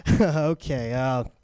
Okay